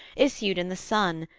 issued in the sun,